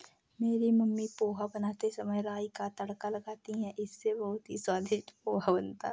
मेरी मम्मी पोहा बनाते समय राई का तड़का लगाती हैं इससे बहुत ही स्वादिष्ट पोहा बनता है